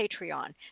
Patreon